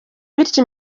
bityo